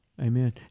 Amen